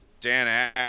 dan